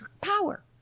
power